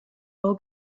all